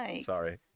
Sorry